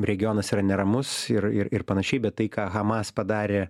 regionas yra neramus ir ir ir panašiai bet tai ką hamas padarė